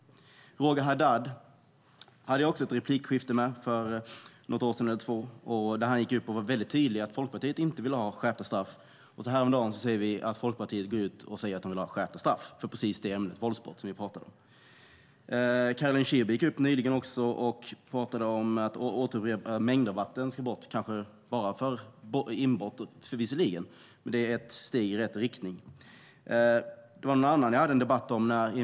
För något år sedan eller två hade jag ett replikskifte med Roger Haddad där han var väldigt tydlig med att Folkpartiet inte ville ha skärpta straff. Men häromdagen gick Folkpartiet ut och sade att de vill ha skärpta straff för våldsbrott - vilket var just det vi pratade om. Caroline Szyber gick nyligen upp och pratade om att mängdrabatten ska bort, visserligen kanske bara för inbrott. Men det är ett steg i rätt riktning. Någon annan hade jag en debatt med om ungdomsrabatt.